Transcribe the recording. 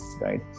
right